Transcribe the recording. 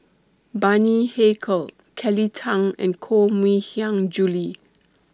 Bani Haykal Kelly Tang and Koh Mui Hiang Julie